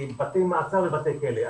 בתי מעצר ובתי כלא,